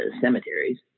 cemeteries